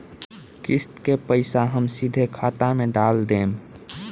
किस्त के पईसा हम सीधे खाता में डाल देम?